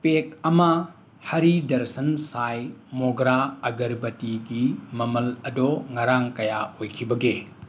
ꯄꯦꯛ ꯑꯃ ꯍꯔꯤ ꯗꯔꯁꯟ ꯁꯥꯏ ꯃꯣꯒ꯭ꯔꯥ ꯑꯒꯔꯕꯇꯤꯒꯤ ꯃꯃꯜ ꯑꯗꯣ ꯉꯔꯥꯡ ꯀꯌꯥ ꯑꯣꯏꯈꯤꯕꯒꯦ